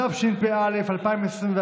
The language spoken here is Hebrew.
התשפ"א 2021,